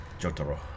Jotaro